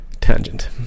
Tangent